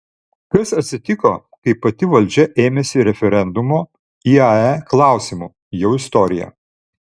kas atsitiko kai pati valdžia ėmėsi referendumo iae klausimu jau istorija